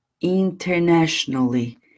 internationally